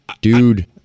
Dude